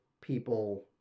people